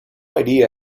idea